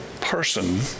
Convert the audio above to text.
person